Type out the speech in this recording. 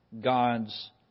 God's